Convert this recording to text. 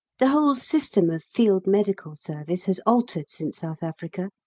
the whole system of field medical service has altered since south africa.